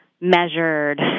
measured